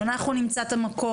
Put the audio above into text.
אנחנו נמצא את המקור,